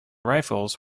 rifles